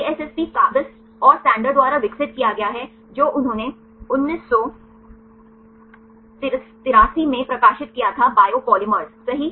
DSSP Kabsch और Sander द्वारा विकसित किया गया है जो उन्होंने 1983 में प्रकाशित किया था बायोपॉलिमर्स सही